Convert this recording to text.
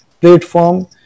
platform